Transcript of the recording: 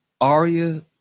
Aria